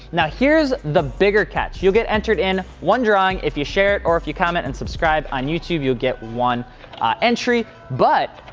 now, here's the bigger catch. you'll get entered in one drawing if you share it or if you comment and subscribe on youtube, you'll get one entry. but,